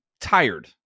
tired